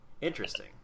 Interesting